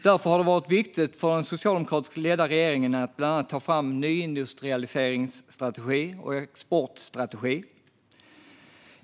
Därför har det varit viktigt för den socialdemokratiskt ledda regeringen att bland annat ta fram en nyindustrialiseringsstrategi och en exportstrategi.